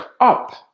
up